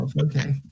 okay